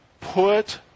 put